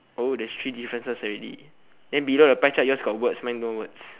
oh there's three differences already then below the pie chart yours got words mine no words